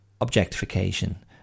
objectification